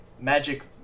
magic